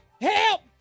help